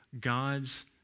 God's